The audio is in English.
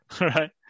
right